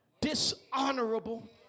dishonorable